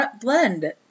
blend